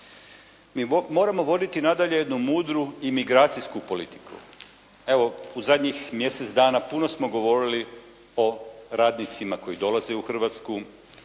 Mi moramo voditi nadalje jednu mudru i migracijsku politiku. Evo, u zadnjih mjesec dana puno smo govorili o radnicima koji dolaze u Hrvatsku,